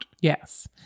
Yes